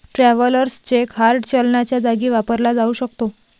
travellers cheque hard चलनाच्या जागी वापरला जाऊ शकतो